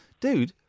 dude